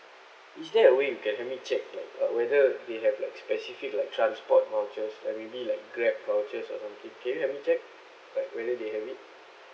is there a way you can help me check like uh whether they have like specific like transport vouchers or maybe like grab vouchers or something can you help me check like whether they have it